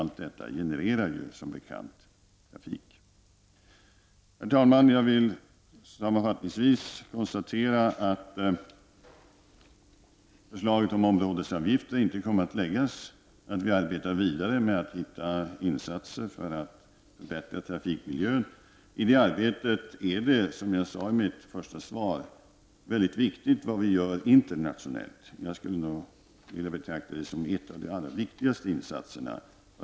Herr talman! Sammanfattningsvis vill jag säga att förslag om områdesavgifter inte kommer att läggas fram men att vi arbetar vidare för att hitta insatser för att förbättra trafikmiljön. I det arbetet är det, som jag sade i mitt första anförande, väldigt viktigt vad vi gör internationellt. Jag skulle betrakta det som en av de allra viktigaste uppgifterna.